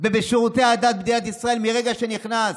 ובשירותי הדת במדינת ישראל מרגע שנכנס,